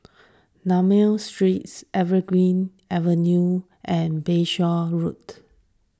D'Almeida Street Evergreen Avenue and Bayshore Road